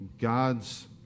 God's